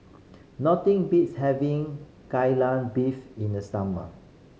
nothing beats having Kai Lan Beef in the summer